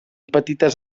petites